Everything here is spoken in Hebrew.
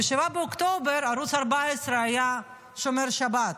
ב-7 באוקטובר ערוץ 14 היה שומר שבת,